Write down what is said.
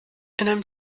einem